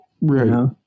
Right